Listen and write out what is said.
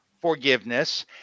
forgiveness